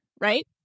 right